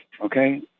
okay